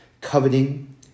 coveting